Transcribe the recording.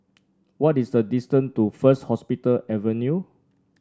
what is the distance to First Hospital Avenue